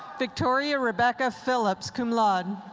victoria rebecca phillips, cum laude.